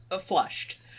flushed